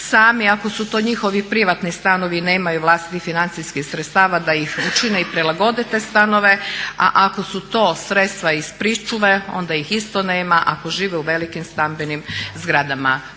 ako su to njihovi privatni stanovi nemaju vlastitih financijskih sredstava da ih učine i prilagode te stanove, a ako su to sredstava iz pričuve onda ih isto nema ako žive u velikim stambenim zgradama.